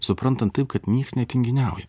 suprantant taip kad nieks netinginiauja